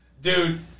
dude